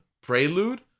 prelude